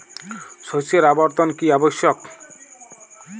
শস্যের আবর্তন কী আবশ্যক?